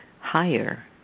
higher